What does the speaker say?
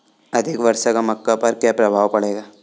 अधिक वर्षा का मक्का पर क्या प्रभाव पड़ेगा?